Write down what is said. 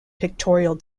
pictorial